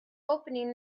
opening